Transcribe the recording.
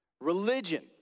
Religion